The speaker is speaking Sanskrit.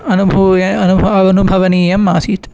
अनुभूय अनु भव अनुभवनीयम् आसीत्